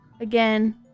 Again